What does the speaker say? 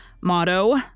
Motto